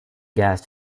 gas